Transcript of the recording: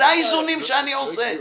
זה האיזונים שאני עושה.